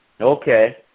okay